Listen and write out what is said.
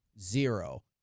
zero